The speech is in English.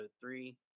three